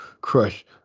crush